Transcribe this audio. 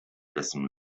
dessen